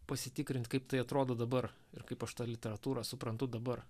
pasitikrint kaip tai atrodo dabar ir kaip aš tą literatūrą suprantu dabar